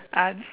ah